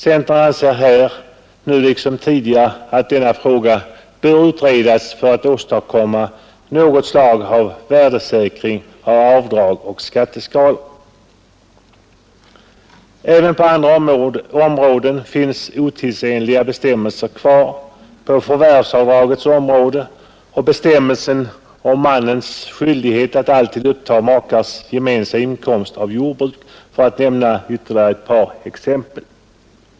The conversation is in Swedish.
Centern anser nu liksom tidigare att denna fråga bör utredas för att åstadkomma något slag av värdesäkring av avdrag och skatteskalor. Även på andra områden finns otidsenliga bestämmelser kvar, på t.ex. bestämmelserna om förvärvsavdrag och bestämmelsen om mannens skyldighet att alltid uppta makars gemensamma inkomst av jordbruk, för att nämna ytterligare exempel.